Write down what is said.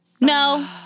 No